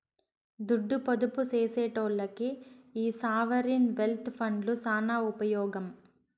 దుడ్డు పొదుపు సేసెటోల్లకి ఈ సావరీన్ వెల్త్ ఫండ్లు సాన ఉపమోగం